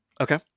Okay